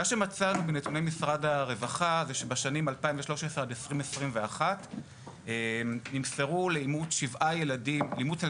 מצאנו בנתוני משרד הרווחה שבשנים 2021-2013 נמסרו לאימוץ על